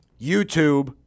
YouTube